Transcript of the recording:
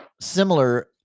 similar